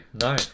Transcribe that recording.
No